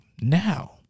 Now